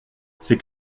c’est